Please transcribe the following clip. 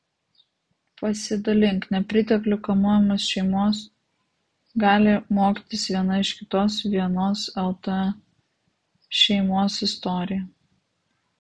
pasidalink nepriteklių kamuojamos šeimos gali mokytis viena iš kitos vienos lt šeimos istorija